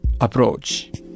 approach